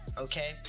okay